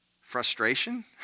frustration